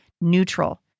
neutral